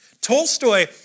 Tolstoy